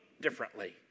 differently